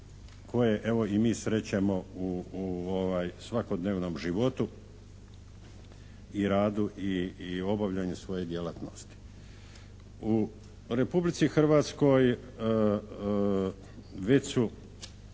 koje evo i mi srećemo u svakodnevnom životu i radu i obavljanju svoje djelatnosti. U Republici Hrvatskoj već su